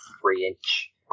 three-inch